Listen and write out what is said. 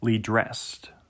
dressed